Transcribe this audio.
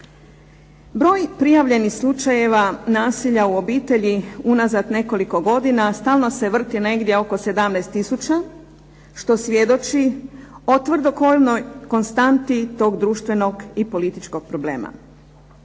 Broj prijavljenih slučajeva nasilja u obitelji unazad nekoliko godina stalno se vrti negdje oko 17 tisuća, što svjedoči o tvrdokornoj konstanti tog društvenog i političkog problema.